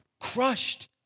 Crushed